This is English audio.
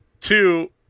Two